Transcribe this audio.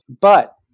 But-